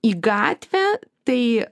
į gatvę tai